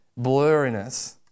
blurriness